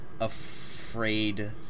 afraid